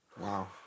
Wow